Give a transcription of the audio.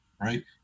right